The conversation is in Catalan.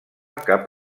cap